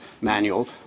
Manual